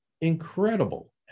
incredible